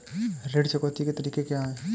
ऋण चुकौती के तरीके क्या हैं?